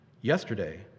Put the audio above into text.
yesterday